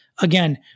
Again